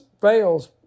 fails